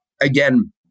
again